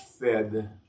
fed